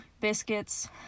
biscuits